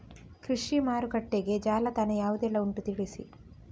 ಕೃಷಿ ಮಾರುಕಟ್ಟೆಗೆ ಜಾಲತಾಣ ಯಾವುದೆಲ್ಲ ಉಂಟು ತಿಳಿಸಿ